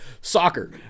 soccer